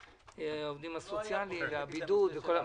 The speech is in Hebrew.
לעובדים הסוציאליים, לנושא הבידוד ולכל הנושאים.